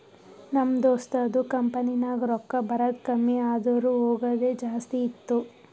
ನಮ್ ದೋಸ್ತದು ಕಂಪನಿನಾಗ್ ರೊಕ್ಕಾ ಬರದ್ ಕಮ್ಮಿ ಆದೂರ್ ಹೋಗದೆ ಜಾಸ್ತಿ ಇತ್ತು